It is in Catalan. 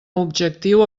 objectiu